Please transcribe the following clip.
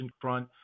front